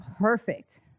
perfect